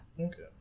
Okay